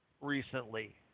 recently